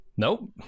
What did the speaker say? Nope